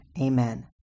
Amen